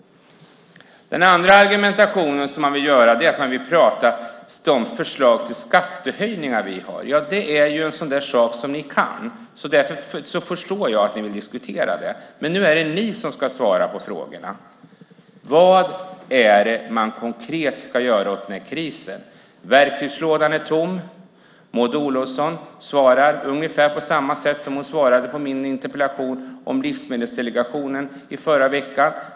Den andra argumentationen ni vill göra är att ni vill tala om de förslag till skattehöjningar som vi har. Det är en sådan sak som ni kan, och därför förstår jag att ni vill diskutera det. Men nu är det ni som ska svara på frågorna. Vad är det konkret som ni ska göra åt krisen? Verktygslådan är tom. Maud Olofsson svarar ungefär på samma sätt som hon svarade på min interpellation om livsmedelsdelegationen i förra veckan.